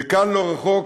וכאן, לא רחוק,